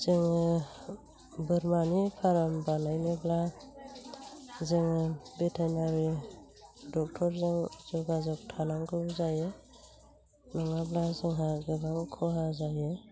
जोङो बोरमानि फार्म बानायनोब्ला जोङो भेटेनारि ड'क्टरजों जगाजग थानांगौ जायो नङाब्ला जोंहा गोबां खहा जायो